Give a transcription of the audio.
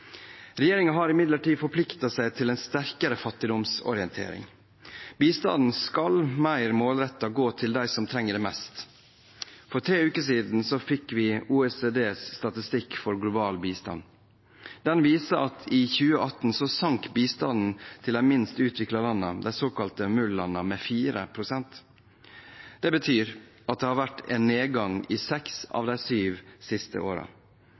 har imidlertid forpliktet seg til en sterkere fattigdomsorientering. Bistanden skal mer målrettet gå til dem som trenger det mest. For tre uker siden fikk vi OECDs statistikk for global bistand. Den viser at i 2018 sank bistanden til de minst utviklede landene – de såkalte MUL-landene – med 4 pst. Det betyr at det har vært en nedgang i seks av de syv siste